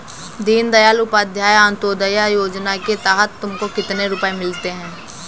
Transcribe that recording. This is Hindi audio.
दीन दयाल उपाध्याय अंत्योदया योजना के तहत तुमको कितने रुपये मिलते हैं